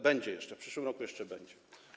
Będzie jeszcze, w przyszłym roku jeszcze będzie.